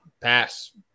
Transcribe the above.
pass